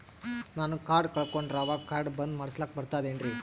ನಾನು ಕಾರ್ಡ್ ಕಳಕೊಂಡರ ಅವಾಗ ಕಾರ್ಡ್ ಬಂದ್ ಮಾಡಸ್ಲಾಕ ಬರ್ತದೇನ್ರಿ?